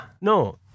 No